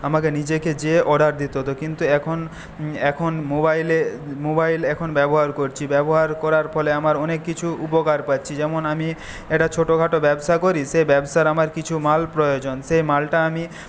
আমাকে নিজেকে যেয়ে অর্ডার দিতে হত কিন্তু এখন এখন মোবাইলে মোবাইল এখন ব্যবহার করছি ব্যবহার করার ফলে আমার অনেক কিছু উপকার পাচ্ছি যেমন আমি একটা ছোটোখাটো ব্যবসা করি সেই ব্যবসার আমার কিছু মাল প্রয়োজন সেই মালটা আমি